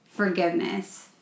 Forgiveness